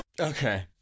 Okay